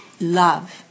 love